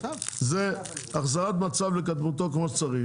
זה החזרת המצב לקדמותו כמו שצריך.